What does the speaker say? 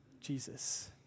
Jesus